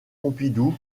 pompidou